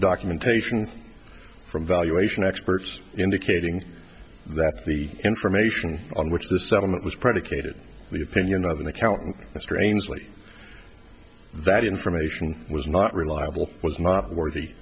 documentation from valuation experts indicating that the information on which this settlement was predicated the opinion of an accountant that strangely that information was not reliable was not worthy